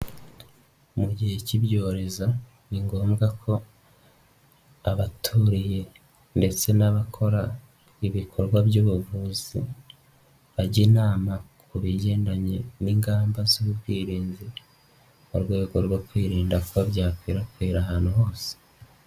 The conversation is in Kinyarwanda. Mu gihe k'ibyorezo ni ngombwa ko abaturiye ndetse n'abakora ibikorwa by'ubuvuzi bajya inama ku bigendanye n'ingamba z'ubwirinzi mu rwego rwo kwirinda kuba byakwirakwira ahantu hose.